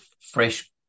fresh